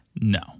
No